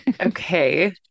Okay